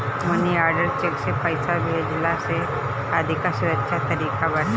मनी order cheque से पईसा भेजला से अधिका सुरक्षित तरीका बाटे